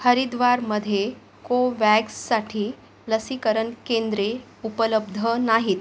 हरिद्वारमध्ये कोव्हॅक्ससाठी लसीकरण केंद्रे उपलब्ध नाहीत